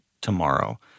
tomorrow